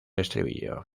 estribillo